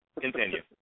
Continue